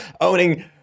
owning